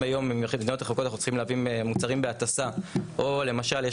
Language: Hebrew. אם היום ממדינות רחוקות אנחנו צריכים להביא מוצרים בהטסה או למשל יש